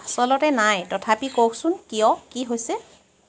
আচলতে নাই তথাপি কওকচোন কিয় কি হৈছে